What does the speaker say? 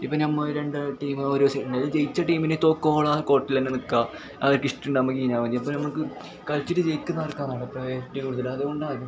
ഇപ്പം ഞമ്മ രണ്ടാ ടീം ഓരോ സിഗ്നൽ ജയിച്ച ടീമിനെ തോൽക്കുവോളം കോർട്ടിൽ തന്നെ നിൽക്കുക അവർക്കിഷ്ടമുണ്ടാകുമ്പീനാ ഇപ്പം നമുക്ക് കളിച്ചിട്ട് ജയിക്കുന്നയാൾക്കാണവിടെ പ്രയോരിറ്റി കൂടുതൽ അതുകൊണ്ടാണ്